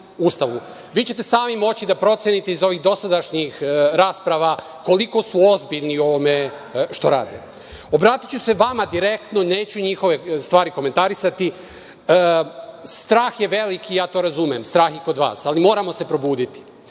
ćete sami moći da procenite iz ovih dosadašnjih rasprava koliko su ozbiljni u ovome što rade. Obratiću se vama direktno, neću njihove stvari komentarisati. Strah je veliki i ja to razumem, strah je i kod vas, ali moramo se probuditi.U